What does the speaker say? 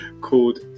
called